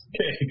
Okay